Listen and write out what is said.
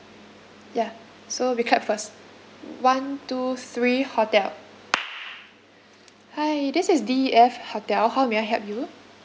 ya so we clap first one two three hotel hi this is D E F hotel how may I help you